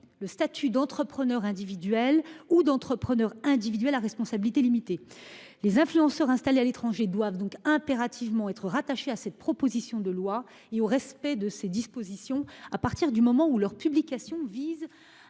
le statut d'entrepreneur individuel ou d'entrepreneur individuel à responsabilité limitée. Les influenceurs installés à l'étranger doivent impérativement être rattachés à cette proposition de loi et respecter ses dispositions à partir du moment où leurs publications visent